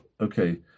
okay